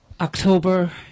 October